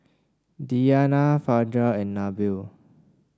Diyana Fajar and Nabil